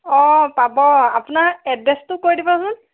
অ পাব আপোনাৰ এড্ৰেচটো কৈ দিবচোন